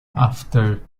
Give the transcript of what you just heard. after